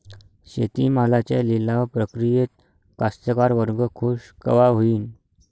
शेती मालाच्या लिलाव प्रक्रियेत कास्तकार वर्ग खूष कवा होईन?